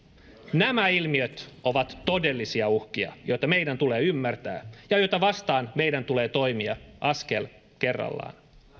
nämä ilmiöt ovat todellisia uhkia joita meidän tulee ymmärtää ja joita vastaan meidän tulee toimia askel kerrallaan